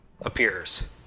appears